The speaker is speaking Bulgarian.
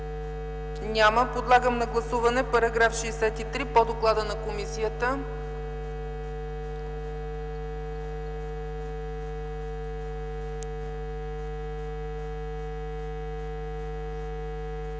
няма. Подлагам на гласуване § 63 по доклада на комисията.